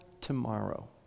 tomorrow